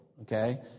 okay